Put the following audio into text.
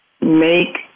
make